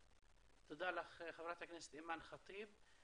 תודה לך, חברת הכנסת אימאן ח'טיב.